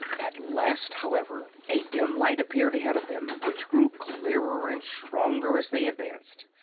at last, however, a dim light appeared ahead of them, which grew clearer and stronger as they advanced.